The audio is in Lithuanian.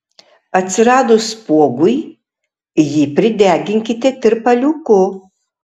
atsiradus spuogui jį prideginkite tirpaliuku